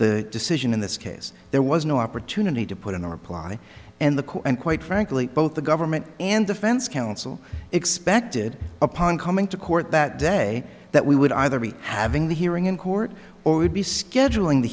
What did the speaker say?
the decision in this case there was no opportunity to put in a reply and the court and quite frankly both the government and defense counsel expected upon coming to court that day that we would either be having the hearing in court or would be scheduling the